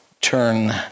turn